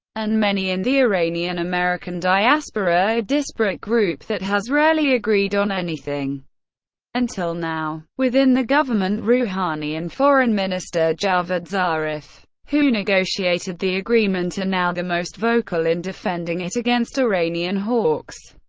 and many in the iranian american diaspora a disparate group that has rarely agreed on anything until now. within the government, rouhani and foreign minister javad zarif, who negotiated the agreement, are and now the most vocal in defending it against iranian hawks.